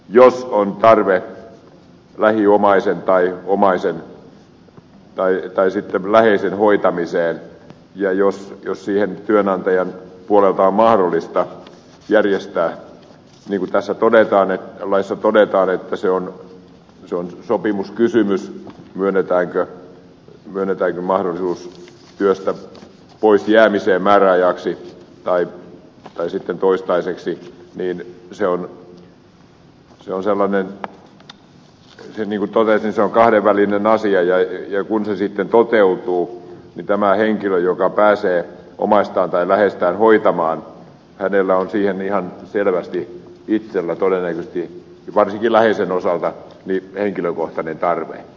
jos on tarve lähiomaisen tai omaisen tai sitten läheisen hoitamiseen ja jos se työnantajan puolelta on mahdollista järjestää niin kuin tässä laissa todetaan että se on sopimuskysymys myönnetäänkö mahdollisuus työstä pois jäämiseen määräajaksi tai sitten toistaiseksi se on niin kuin totesin kahdenvälinen asia ja kun se sitten toteutuu tällä henkilöllä joka pääsee omaistaan tai läheistään hoitamaan on siihen ihan selvästi itsellä todennäköisesti varsinkin läheisen osalta henkilökohtainen tarve